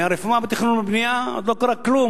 מהרפורמה בתכנון ובנייה עוד לא קרה כלום,